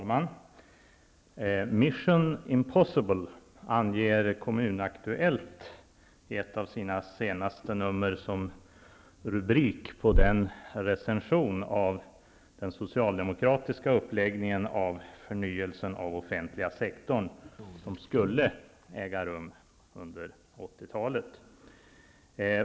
Fru talman! ''Mission impossible'' är rubriken i ett av de senaste numren av Kommun Aktuellt för den recension av den socialdemokratiska uppläggning av förnyelsen av den offentliga sektorn som skulle äga rum under 80-talet.